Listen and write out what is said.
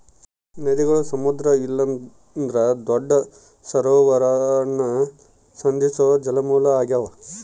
ನದಿಗುಳು ಸಮುದ್ರ ಇಲ್ಲಂದ್ರ ದೊಡ್ಡ ಸರೋವರಾನ ಸಂಧಿಸೋ ಜಲಮೂಲ ಆಗ್ಯಾವ